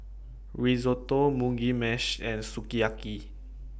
Risotto Mugi Meshi and Sukiyaki